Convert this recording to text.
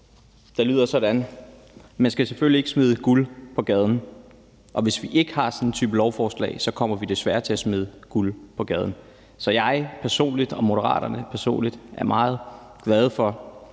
der lyder: Man skal selvfølgelig ikke smide guld på gaden. Hvis vi ikke har sådan en type lovforslag, kommer vi desværre til at smide guld på gaden. Så jeg er personligt og Moderaterne er meget glade for,